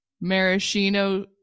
maraschino